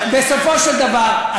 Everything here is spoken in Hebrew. בסופו של דבר,